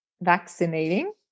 vaccinating